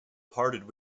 parted